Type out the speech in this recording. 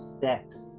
sex